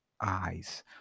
eyes